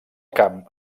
camp